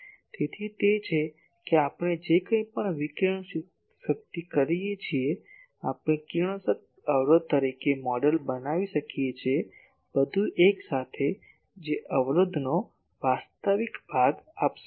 તેથી તે છે કે આપણે જે કંઇ પણ વિકિરણ શક્તિ કરી શકીએ છીએ આપણે કિરણોત્સર્ગ અવરોધ તરીકે મોડેલ બનાવી શકીએ છીએ બધું એકસાથે જે અવરોધનો વાસ્તવિક ભાગ આપશે